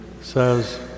says